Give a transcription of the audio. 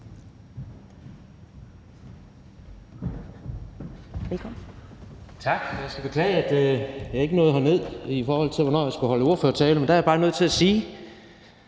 (KD): Tak. Jeg skal beklage, at jeg ikke nåede herned, i forhold til hvornår jeg skulle holde ordførertale, men der er jeg bare nødt til at sige,